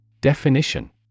Definition